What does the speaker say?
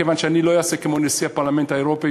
כיוון שאני לא אעשה כמו נשיא הפרלמנט האירופי,